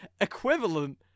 equivalent